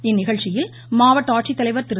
இந்நிகழ்ச்சியில் மாவட்ட ஆட்சித்தலைவர் திரு